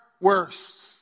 worst